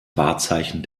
wahrzeichen